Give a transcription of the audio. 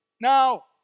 Now